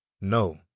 No